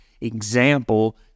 example